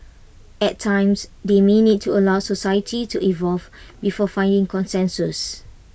at times they may need to allow society to evolve before finding consensus